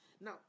Now